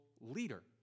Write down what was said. leader